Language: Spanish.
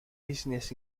business